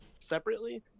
separately